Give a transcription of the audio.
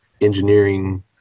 engineering